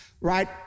right